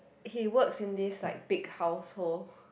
he works in this like big household